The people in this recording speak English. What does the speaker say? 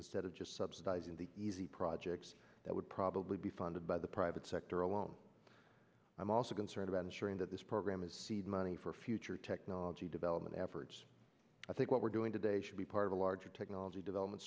instead of just subsidizing the easy projects that would probably be funded by the private sector alone i'm also concerned about ensuring that this program is seed money for future technology development efforts i think what we're doing today should be part of a larger technology development